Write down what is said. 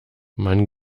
man